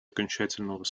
окончательного